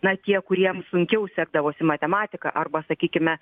na tie kuriem sunkiau sekdavosi matematika arba sakykime